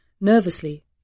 nervously